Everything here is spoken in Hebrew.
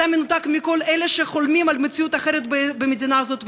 אתה מנותק מכל אלה שחולמים על מציאות אחרת במדינה הזאת.